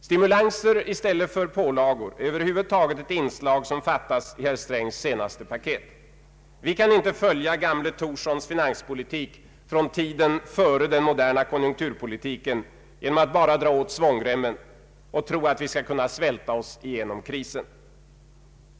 Stimulanser i stället för pålagor är över huvud taget ett inslag som fattas i herr Strängs senaste paket. Vi kan inte följa gamle Thorssons finanspolitik från tiden före den moderna konjunkturpolitiken genom att bara dra åt svångremmen och tro att vi skall kunna svälta oss igenom krisen.